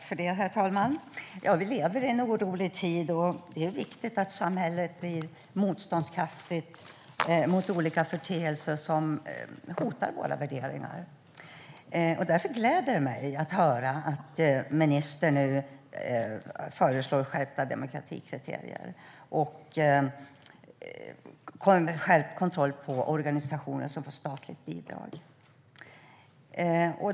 Herr talman! Vi lever i en orolig tid, och det är viktigt att samhället är motståndskraftigt mot olika företeelser som hotar våra värderingar. Därför gläder det mig att höra att ministern nu föreslår skärpta demokratikriterier och en skärpt kontroll av organisationer som får statligt bidrag.